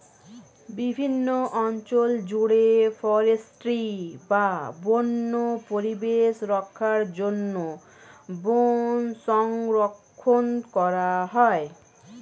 বিভিন্ন অঞ্চল জুড়ে ফরেস্ট্রি বা বন্য পরিবেশ রক্ষার জন্য বন সংরক্ষণ করা হয়